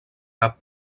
cap